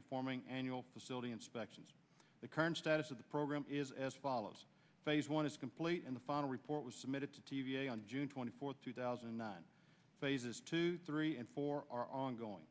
performing annual facility inspections the current status of the program is as follows phase one is complete and the final report was submitted to t v a on june twenty fourth two thousand and nine phases two three and four our ongoing